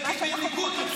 וזה בניגוד,